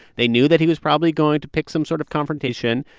they knew that he was probably going to pick some sort of confrontation.